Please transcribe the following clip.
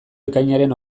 ekainaren